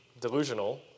delusional